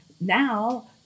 now